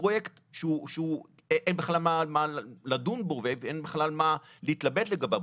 פרויקט שאין בכלל מה לדון בו,